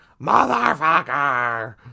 motherfucker